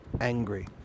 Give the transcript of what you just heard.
angry